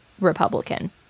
Republican